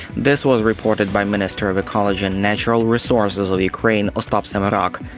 this was reported by minister of ecology and natural resources of ukraine ostap semerak.